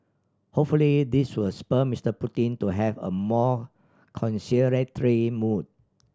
hopefully this will spur Mister Putin to have a more conciliatory mood